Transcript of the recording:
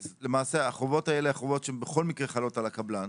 למעשה החובות האלה הם חובות שבכל מקרה חלות על הקבלן.